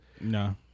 No